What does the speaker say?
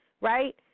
right